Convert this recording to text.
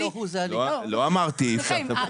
לא אמרתי שאי אפשר לטפל בה.